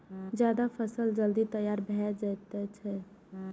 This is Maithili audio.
जायद फसल जल्दी तैयार भए जाएत छैक